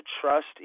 trust